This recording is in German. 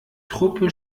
truppe